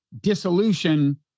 dissolution